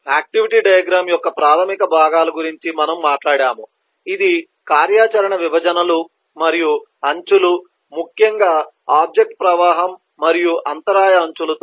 activity diagram యొక్క ప్రాధమిక భాగాల గురించి మనము మాట్లాడాము ఇది కార్యాచరణ విభజనలు మరియు అంచులు ముఖ్యంగా ఆబ్జెక్ట్ ప్రవాహం మరియు అంతరాయ అంచులతో